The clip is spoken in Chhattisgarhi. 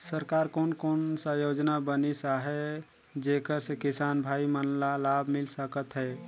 सरकार कोन कोन सा योजना बनिस आहाय जेकर से किसान भाई मन ला लाभ मिल सकथ हे?